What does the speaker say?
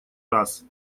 раз